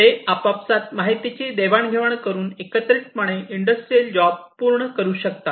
ते आपापसात माहितीची देवाणघेवाण करून एकत्रितपणे इंडस्ट्रियल जॉब पूर्ण करू शकतात